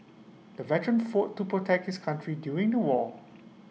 the veteran fought to protect his country during the war